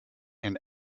and